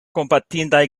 kompatindaj